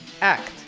act